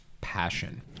passion